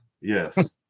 Yes